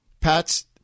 Pat's